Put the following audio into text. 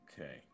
Okay